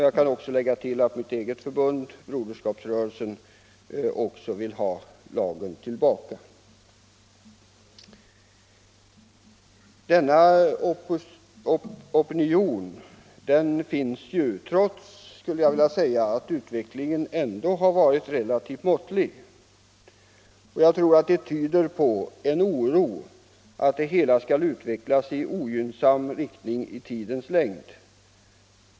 Jag kan tillägga att mitt eget förbund, Broderskapsrörelsen, också vill ha affärstidslagen tillbaka. Nu finns alltså denna opinion, trots att olägenheterna ändå har varit relativt måttliga. Jag tror att detta tyder på en oro för att utvecklingen skall gå i ogynnsam riktning i tidens längd.